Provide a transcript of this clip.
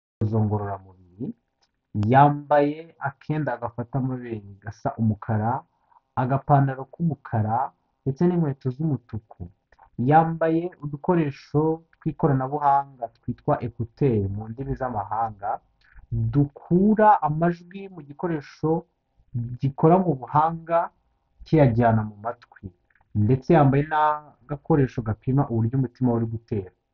Imyitozo ngororamubiri, yambaye akenda gafata amabere gasa umukara, agapantaro k'umukara, ndetse n'inkweto z'umutuku, yambaye udukoresho tw'ikoranabuhanga twitwa ekuteri mu ndimi z'amahanga, dukura amajwi mu gikoresho gikorana ubuhanga, kiyajyana mu matwi, ndetse yambaye n'agakoresho gapima uburyo umutima we uri gutera.